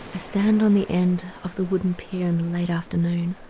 stand on the end of the wooden pier in the late afternoon.